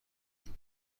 اید